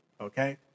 Okay